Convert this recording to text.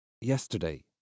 Yesterday